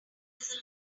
matters